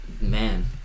man